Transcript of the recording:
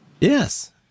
Yes